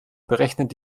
berechnet